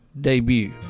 debut